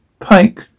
Pike